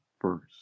first